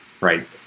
right